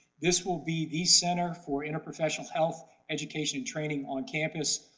this will be the center for interprofessional health education and training on campus.